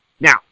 Now